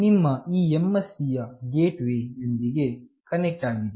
ನಿಮ್ಮಈ MSC ಯು gateway ಯೊಂದಿಗೆ connect ಆಗಿದೆ